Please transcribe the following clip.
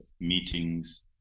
meetings